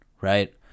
right